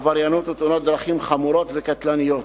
עבריינות ותאונות דרכים חמורות וקטלניות.